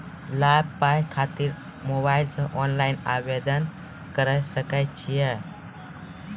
लाभ पाबय खातिर मोबाइल से ऑनलाइन आवेदन करें सकय छियै?